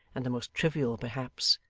and the most trivial, perhaps,